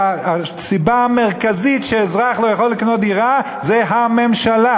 הסיבה המרכזית לכך שאזרח לא יכול לקנות דירה זה הממשלה.